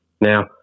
Now